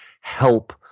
help